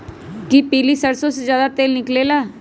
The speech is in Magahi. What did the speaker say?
कि पीली सरसों से ज्यादा तेल निकले ला?